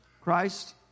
Christ